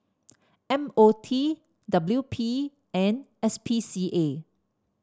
M O T W P and S P C A